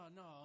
no